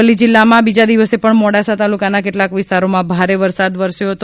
અરવલ્લી જિલ્લામાં બીજા દિવસે પણ મોડાસા તાલુકાના કેટલાક વિસ્તારોમાં ભારે વરસાદ વરસ્યો હતો